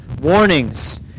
warnings